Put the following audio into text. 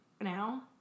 now